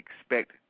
expect